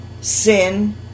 sin